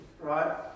right